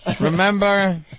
remember